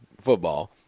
football